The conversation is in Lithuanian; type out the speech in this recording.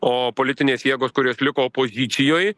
o politinės jėgos kurios liko opozicijoj